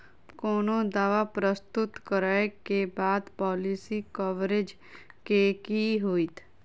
कोनो दावा प्रस्तुत करै केँ बाद पॉलिसी कवरेज केँ की होइत?